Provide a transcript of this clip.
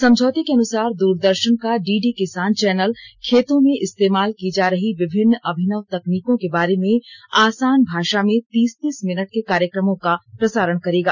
समझौते के अनुसार द्रदर्शन का डीडी किसान चैनल खेतों में इस्तेमाल की जा रही विभिन्न अभिनव तकनीकों के बारे में आसान भाषा में तीस तीस मिनट के कार्यक्रमों का प्रसारण करेगा